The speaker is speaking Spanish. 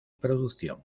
producción